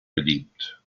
beliebt